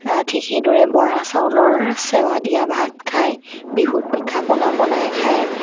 ঠিক সেইদৰে বৰা চাউলৰ চেৱা দিয়া ভাত খায় বিহুত পিঠাপনা বনাই খায়